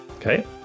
Okay